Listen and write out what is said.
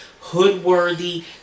hood-worthy